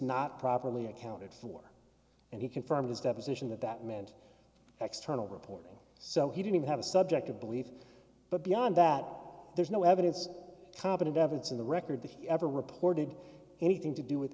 not properly accounted for and he confirmed his deposition that that meant external reporting so he didn't have a subjective belief but beyond that there's no evidence competent evidence in the record that he ever reported anything to do with